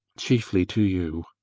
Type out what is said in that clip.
chiefly to you.